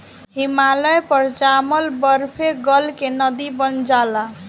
हिमालय पर जामल बरफवे गल के नदी बन जाला